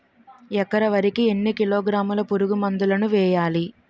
ఎకర వరి కి ఎన్ని కిలోగ్రాముల పురుగు మందులను వేయాలి?